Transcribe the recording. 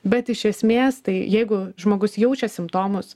bet iš esmės tai jeigu žmogus jaučia simptomus